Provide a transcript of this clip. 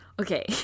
Okay